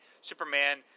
Superman